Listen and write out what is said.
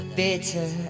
bitter